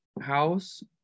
house